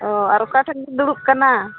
ᱚᱻ ᱟᱨ ᱚᱠᱟᱴᱷᱮᱱᱵᱤᱱ ᱫᱩᱲᱩᱵ ᱠᱟᱱᱟ